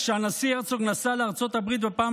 כשהנשיא הרצוג נסע לארצות הברית בפעם